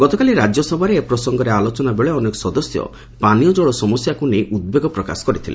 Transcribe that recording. ଗତକାଲି ରାକ୍ୟସଭାରେ ଏ ପ୍ରସଙ୍ଗରେ ଆଲୋଚନା ବେଳେ ଅନେକ ସଦସ୍ୟ ପାନୀୟ ଜଳ ସମସ୍ୟାକୁ ନେଇ ଉଦ୍ବେଗ ପ୍ରକାଶ କରିଥିଲେ